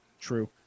True